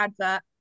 advert